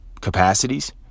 capacities